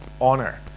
honor